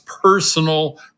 personal